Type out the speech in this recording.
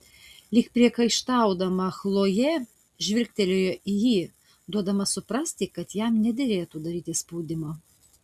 lyg priekaištaudama chlojė žvilgtelėjo į jį duodama suprasti kad jam nederėtų daryti spaudimo